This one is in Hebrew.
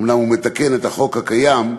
אומנם הוא מתקן את החוק הקיים,